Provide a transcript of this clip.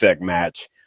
match